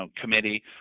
Committee